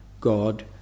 god